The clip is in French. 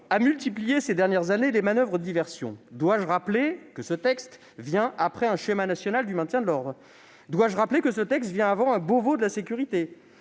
a multiplié, ces dernières années, les manoeuvres de diversion. Dois-je le rappeler, ce texte arrive après un schéma national du maintien de l'ordre. Dois-je le rappeler, ce texte arrive avant un « Beauvau de la sécurité